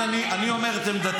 אני מדבר.